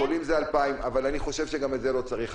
החולים זה 2,000, אבל אני חושב שגם את זה לא צריך.